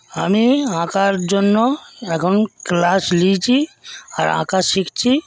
আমি আঁকার জন্য এখন ক্লাস নিয়েছি আর আঁকা শিখছি